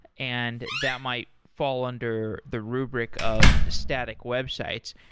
and that might fall under the rubric of static websites.